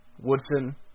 Woodson